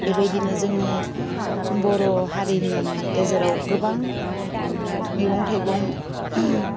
बेबायदिनो जोंनि बर' हारिनि गेजेराव गोबां मैगं थाइगं